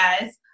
guys